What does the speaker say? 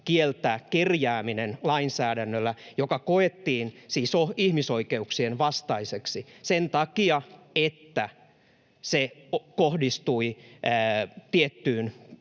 kieltää kerjääminen lainsäädännöllä, joka koettiin siis ihmisoikeuksien vastaiseksi sen takia, että se kohdistui tiettyyn